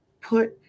put